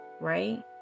right